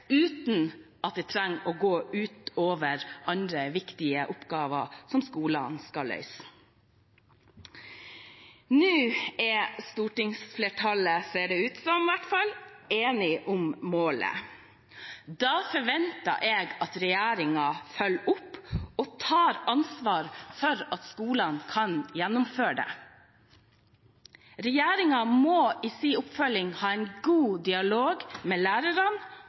uten at det trenger å gå ut over andre viktige oppgaver som skolene skal løse. Nå er stortingsflertallet – ser det ut som i hvert fall – enig om målet. Da forventer jeg at regjeringen følger opp og tar ansvar for at skolene kan gjennomføre dette. Regjeringen må i sin oppfølging ha en god dialog med lærerne